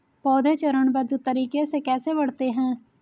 पौधे चरणबद्ध तरीके से कैसे बढ़ते हैं?